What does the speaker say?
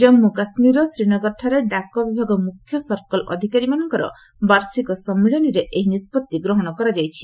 ଜମ୍ମୁ କାଶ୍ମୀରର ଶ୍ରୀନଗରଠାରେ ଡାକ ବିଭାଗ ମୁଖ୍ୟ ସର୍କଲ୍ ଅଧିକାରୀମାନଙ୍କର ବାର୍ଷିକ ସମ୍ମିଳନୀରେ ଏହି ନିଷ୍କଭି ଗ୍ରହଣ କରାଯାଇଛି